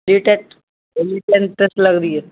ਲੱਗਦੀ ਹੈ